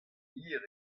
hir